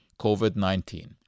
COVID-19